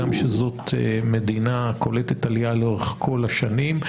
גם כשזאת מדינה קולטת עלייה לאורך כל השנים.